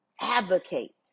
advocate